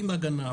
עם הגנה,